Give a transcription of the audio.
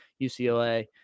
UCLA